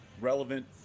relevant